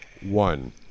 One